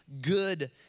good